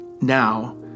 now